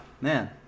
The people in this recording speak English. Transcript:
man